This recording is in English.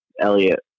Elliot